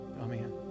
Amen